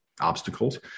obstacles